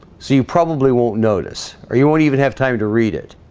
so you probably won't notice or you won't even have time to read it